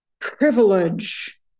privilege